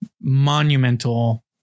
monumental